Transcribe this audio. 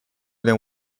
than